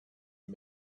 and